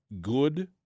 good